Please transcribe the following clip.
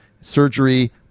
surgery